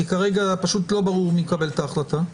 כי כרגע פשוט לא ברור מי יקבל את ההחלטה.